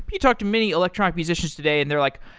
you talk to many electronic musicians today and they're like,